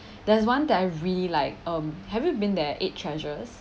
there's one that I really like um have you been there Eight Treasures